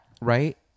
right